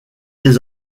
des